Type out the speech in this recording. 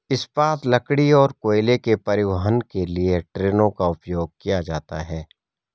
इस्पात, लकड़ी और कोयले के परिवहन के लिए ट्रेनों का उपयोग किया जाता है